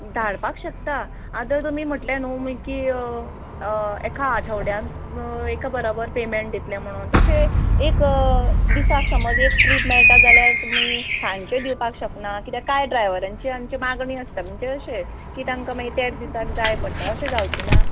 धाडपाक शकता आतां तुमी म्हटलें न्हू की एका आठवड्यान एका बराबर पेमेंट दितलें म्हणून तशें एक दिसाक समज एक ट्रीप मेळटा जाल्यार तुमी सांचे दिवपाक शकना कित्याक काय ड्रायव्हरांची आमची मागणी आसता म्हणजे अशें की तांकां मागीर तेच दिसाक जाय पडटा अशें जावचें ना